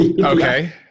Okay